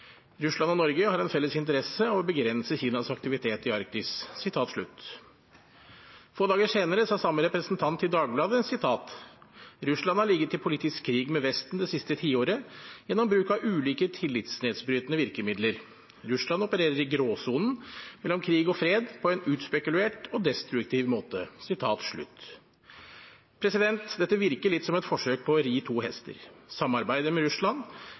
Russland og Norge har en felles interesse av å begrense Kinas aktivitet i Arktis.» Få dager senere sa samme representant til Dagbladet: «Russland har ligget i politisk krig med Vesten det siste tiåret gjennom bruk av ulike tillitsnedbrytende virkemidler. Russland opererer i gråsonen mellom krig og fred på en utspekulert og destruktiv måte.» Dette virker litt som et forsøk på å ri to hester – samarbeid med Russland